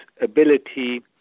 ability